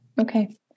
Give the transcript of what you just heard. Okay